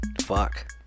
Fuck